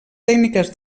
tècniques